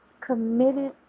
Committed